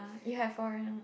you have foreign ah